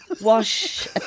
Wash